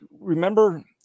remember